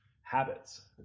habits